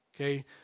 okay